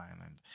Island